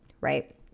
Right